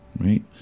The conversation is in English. right